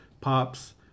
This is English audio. pops